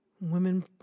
women